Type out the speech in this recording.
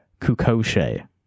Kukoshe